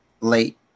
Late